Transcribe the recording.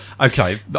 Okay